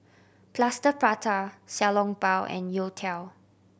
Plaster Prata Xiao Long Bao and youtiao